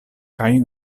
kaj